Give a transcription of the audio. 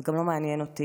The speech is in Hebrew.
זה גם לא מעניין אותי,